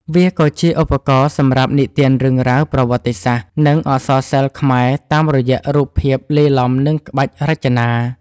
វាក៏ជាឧបករណ៍សម្រាប់និទានរឿងរ៉ាវប្រវត្តិសាស្ត្រ និងអក្សរសិល្ប៍ខ្មែរតាមរយៈរូបភាពលាយឡំនឹងក្បាច់រចនា។